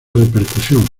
repercusión